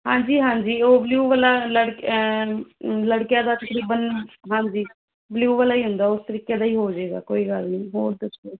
ਹਾਂਜੀ ਹਾਂਜੀ ਉਹ ਬਲਿਊ ਵਾਲਾ ਲੜਕ ਲੜਕਿਆਂ ਦਾ ਤਕਰੀਬਨ ਹਾਂਜੀ ਬਲਿਊ ਵਾਲਾ ਹੀ ਹੁੰਦਾ ਉਸ ਤਰੀਕੇ ਦਾ ਹੀ ਹੋ ਜਾਵੇਗਾ ਕੋਈ ਗੱਲ ਨਹੀਂ ਹੋਰ ਦੱਸੋ